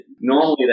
Normally